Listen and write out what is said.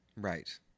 Right